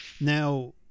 Now